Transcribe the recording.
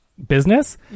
business